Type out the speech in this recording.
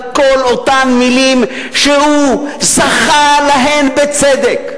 כל אותן מלים שהוא זכה להן בצדק?